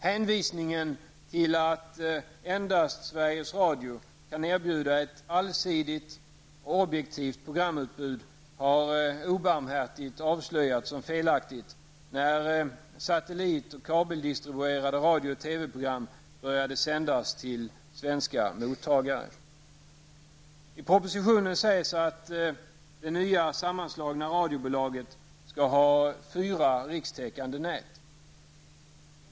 Hänvisningen till att endast Sveriges Radio kan erbjuda ett allsidigt och objektivt programutbud har obarmhärtigt avslöjats som felaktigt, när satellit och kabeldistribuerade radio och TV-program började sändas till svenska mottagare. I propositionen sägs att det nya sammanslagna radiobolaget skall ha fyra rikstäckande nät.